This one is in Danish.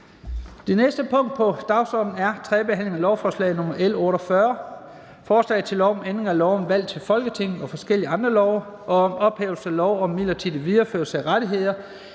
Det næste punkt på dagsordenen er: 11) 3. behandling af lovforslag nr. L 48: Forslag til lov om ændring af lov om valg til Folketinget og forskellige andre love og om ophævelse af lov om midlertidig videreførelse af rettigheder